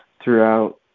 throughout